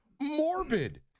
morbid